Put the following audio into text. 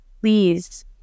please